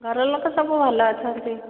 ଘରଲୋକ ସବୁ ଭଲ ଅଛନ୍ତି